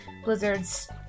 Blizzard's